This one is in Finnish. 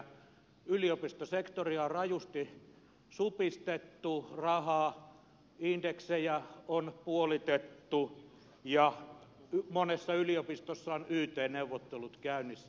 yliopistosektorilta on rajusti supistettu rahaa indeksejä on puolitettu ja monessa yliopistossa on yt neuvottelut käynnissä